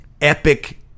Epic